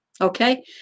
Okay